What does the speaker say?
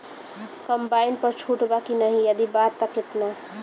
Combine पर छूट बा की नाहीं यदि बा त केतना?